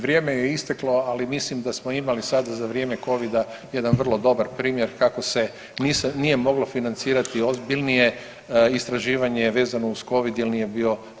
Vrijeme je isteklo, ali mislim da smo imali sada za vrijeme covida jedan vrlo dobar primjer kako se nije moglo financirati ozbiljnije istraživanje vezano uz covid jel nije bio definiran u ovom